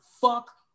fuck